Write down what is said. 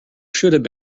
should